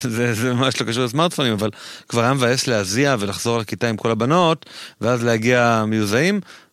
זה ממש לא קשור לסמארטפונים, אבל כבר היה מבאס להזיע ולחזור לכיתה עם כל הבנות ואז להגיע מיוזעים.